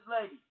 lady